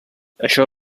això